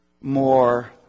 more